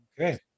okay